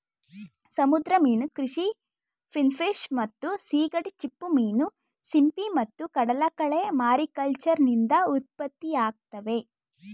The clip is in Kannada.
ಸಮುದ್ರ ಮೀನು ಕೃಷಿ ಫಿನ್ಫಿಶ್ ಮತ್ತು ಸೀಗಡಿ ಚಿಪ್ಪುಮೀನು ಸಿಂಪಿ ಮತ್ತು ಕಡಲಕಳೆ ಮಾರಿಕಲ್ಚರ್ನಿಂದ ಉತ್ಪತ್ತಿಯಾಗ್ತವೆ